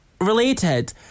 related